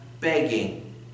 begging